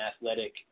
athletic